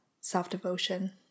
self-devotion